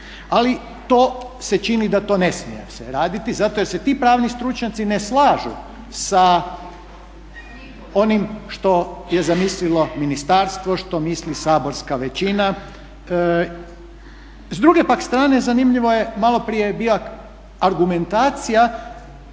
Ali to se čini da se to ne smije raditi zato jer se ti pravni stručnjaci ne slažu sa onim što je zamislilo ministarstvo, što misli saborska većina. S druge pak strane zanimljivo je, maloprije je bila argumentacija